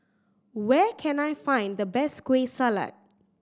where can I find the best Kueh Salat